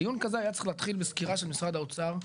דיון כזה היה צריך להתחיל בסקירה של משרד האוצר,